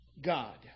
God